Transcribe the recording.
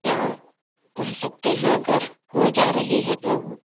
क्या कह सकते हैं अगर हो जा रही है तो